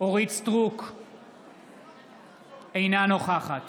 אינה נוכחת